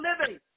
living